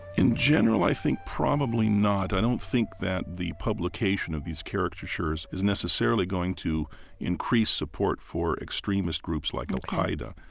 in general, i think probably not. i don't think that the publication of these caricatures is necessarily going to increase support for extremist groups like al-qaeda.